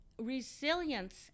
resilience